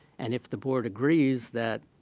and if the board agrees that,